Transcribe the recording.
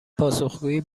پاسخگویی